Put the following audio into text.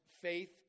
faith